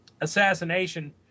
assassination